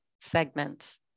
segments